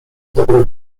dobro